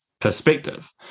perspective